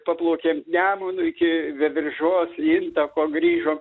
paplaukėm nemunu iki veiviržos intako grįžom